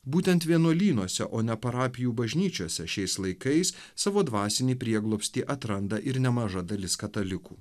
būtent vienuolynuose o ne parapijų bažnyčiose šiais laikais savo dvasinį prieglobstį atranda ir nemaža dalis katalikų